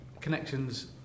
connections